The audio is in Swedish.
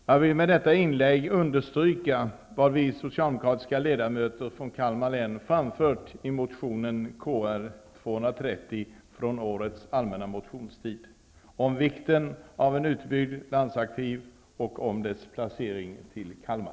Jag vill med detta inlägg understryka vad vi socialdemokratiska ledamöter från Kalmar län framfört i motion Kr230 från årets allmänna motionstid om vikten av ett utbyggt landsarkiv och dess förläggning till Kalmar.